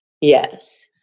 Yes